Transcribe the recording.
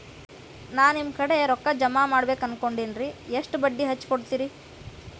ನಾ ನಿಮ್ಮ ಕಡೆ ರೊಕ್ಕ ಜಮಾ ಮಾಡಬೇಕು ಅನ್ಕೊಂಡೆನ್ರಿ, ಎಷ್ಟು ಬಡ್ಡಿ ಹಚ್ಚಿಕೊಡುತ್ತೇರಿ?